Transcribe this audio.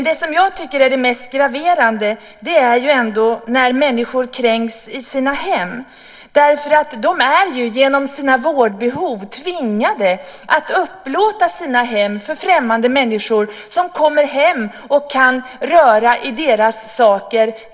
Det som jag tycker är det mest graverande är när människor kränks i sina hem. De är ju genom sina vårdbehov tvingade att upplåta sina hem för främmande människor, som nästan utan kontroll kan röra i deras saker.